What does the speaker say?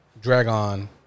Dragon